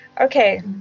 okay